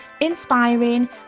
inspiring